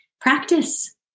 practice